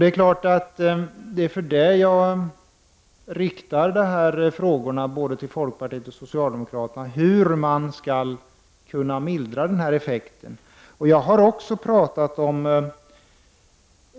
Det är klart att det är därför som jag riktar dessa frågor om hur man skall mildra denna effekt både till folkpartiet och till socialdemokraterna. Jag har också talat om